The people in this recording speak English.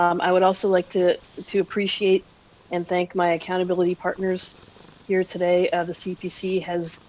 um i would also like to to appreciate and thank my accountability partners here today, ah the cpc has